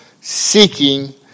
seeking